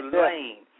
lane